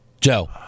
Joe